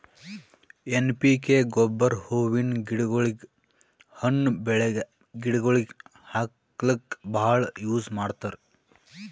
N P K ಗೊಬ್ಬರ್ ಹೂವಿನ್ ಗಿಡಗೋಳಿಗ್, ಹಣ್ಣ್ ಬೆಳ್ಯಾ ಗಿಡಗೋಳಿಗ್ ಹಾಕ್ಲಕ್ಕ್ ಭಾಳ್ ಯೂಸ್ ಮಾಡ್ತರ್